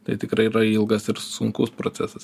tai tikrai yra ilgas ir sunkus procesas